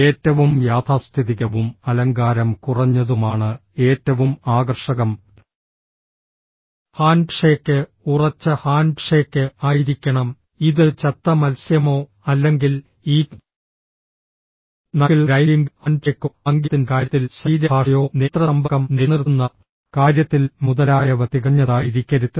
ഏറ്റവും യാഥാസ്ഥിതികവും അലങ്കാരം കുറഞ്ഞതുമാണ് ഏറ്റവും ആകർഷകം ഹാൻഡ്ഷേക്ക് ഉറച്ച ഹാൻഡ്ഷേക്ക് ആയിരിക്കണം ഇത് ചത്ത മത്സ്യമോ അല്ലെങ്കിൽ ഈ നക്കിൾ ഗ്രൈൻഡിംഗ് ഹാൻഡ്ഷേക്കോ ആംഗ്യത്തിൻറെ കാര്യത്തിൽ ശരീരഭാഷയോ നേത്ര സമ്പർക്കം നിലനിർത്തുന്ന കാര്യത്തിൽ മുതലായവ തികഞ്ഞതായിരിക്കരുത്